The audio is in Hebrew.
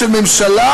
של ממשלה,